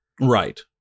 Right